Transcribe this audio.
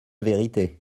vérité